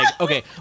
okay